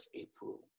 April